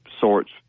sorts